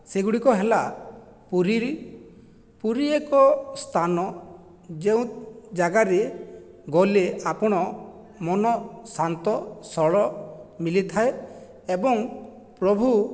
ସେଗୁଡ଼ିକ ହେଲା ପୁରୀ ପୁରୀ ଏକ ସ୍ଥାନ ଯେଉଁ ଜାଗାରେ ଗଲେ ଆପଣ ମନ ଶାନ୍ତ ସରଳ ମିଲିଥାଏ ଏବଂ ପ୍ରଭୁ